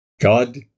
God